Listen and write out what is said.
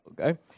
okay